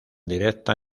directa